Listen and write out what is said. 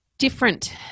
different